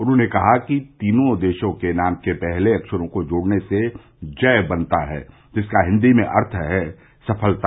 उन्होंने कहा कि तीनों देशों के नाम के पहले अक्षरों को जोड़ने से जय बनता है जिसका हिन्दी में अर्थ है सफलता